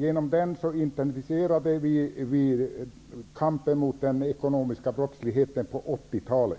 Genom den intensifierades kampen mot den ekonomiska brottsligheten under 80-talet.